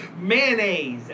Mayonnaise